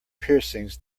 piercings